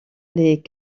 les